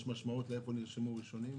יש משמעות לשאלה איפה נרשמו ראשונים?